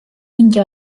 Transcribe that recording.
mingi